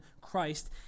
Christ